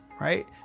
Right